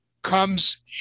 comes